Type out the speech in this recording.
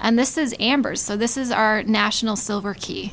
and this is ambers so this is our national silver key